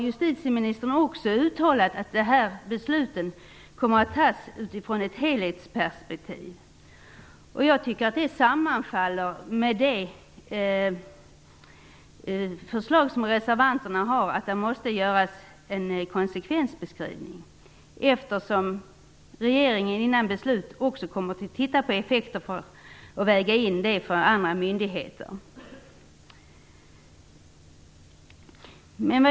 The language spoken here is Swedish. Justitieministern har också uttalat att dessa beslut kommer att fattas utifrån ett helhetsperspektiv. Jag tycker att det sammanfaller med det förslag som reservanterna har om att det måste göras en konsekvensbeskrivning. Regeringen kommer ju före beslutet att väga in effekter för andra myndigheter.